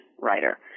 writer